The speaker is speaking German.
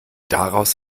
daraus